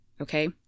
okay